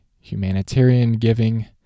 humanitarian-giving